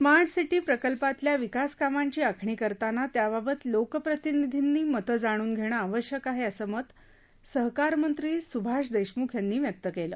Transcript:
smart city प्रकल्पातल्या विकास कामांची आखणी करताना त्याबाबत लोकप्रतिनिधींनी मतं जाणून घेणं आवश्यक आहे असं मत सहकारमंत्री सुभाष देशमुख यांनी व्यक्त केलं